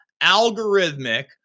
algorithmic